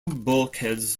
bulkheads